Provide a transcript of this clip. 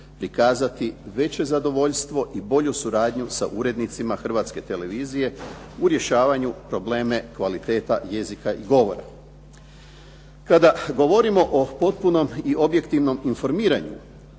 prikazati veće zadovoljstvo i bolju suradnju sa urednicima Hrvatske televizije u rješavanju problema kvaliteta jezika i govora. Kada govorimo o potpunom i objektivnom informiranju,